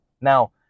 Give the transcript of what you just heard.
Now